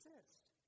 exist